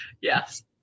Yes